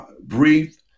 brief